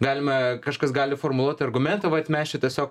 galime kažkas gali formuluoti argumentą vat mes čia tiesiog